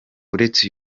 uretse